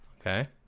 Okay